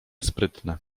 sprytne